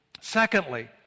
Secondly